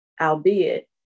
albeit